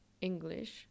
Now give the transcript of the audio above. English